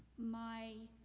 my